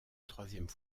troisième